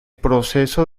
proceso